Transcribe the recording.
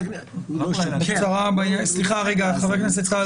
--- חבר הכנסת טל,